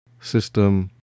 System